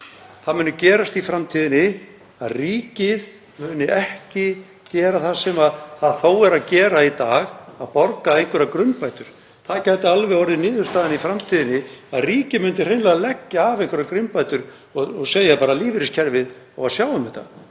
það muni gerast í framtíðinni að ríkið muni ekki gera það sem það þó er að gera í dag, að borga einhverjar grunnbætur. Það gæti alveg orðið niðurstaðan í framtíðinni að ríkið myndi hreinlega leggja af einhverjar grunnbætur og segja bara að lífeyriskerfið eigi að sjá um þetta.